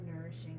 nourishing